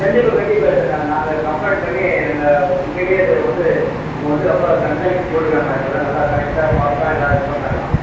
கண்டிப்பாக கண்டிப்பாக இது நான் நாங்கள் கம்ப்ளைண்ட் பண்ணி இந்த உண்மையிலே இதுவந்து அங்கே வந்து ரொம்ப கண்காணிப்பு போட்ருக்காங்கலாம் இப்போல்லாம் நல்லா கரெட்டாக பார்த்துதான் எல்லா இது பண்றாங்கலாம்